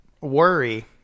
worry